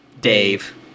Dave